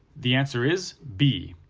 the answer is b,